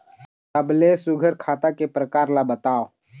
सबले सुघ्घर खाता के प्रकार ला बताव?